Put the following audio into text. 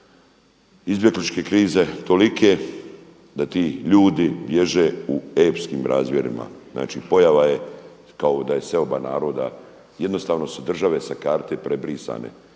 izbjegličke krize tolike da ti ljudi bježe u epskim razmjerima. Znači, pojava je kao da je seoba naroda. Jednostavno su države sa karte prebrisane.